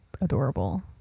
adorable